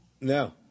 No